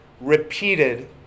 repeated